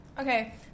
Okay